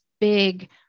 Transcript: big